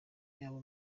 yaba